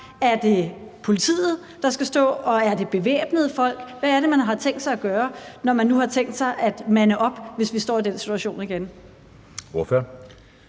er det politiet, der skal stå der, og er det bevæbnede folk? Hvad er det, man har tænkt sig at gøre, når man nu har tænkt sig at mande op, hvis vi står i den situation igen?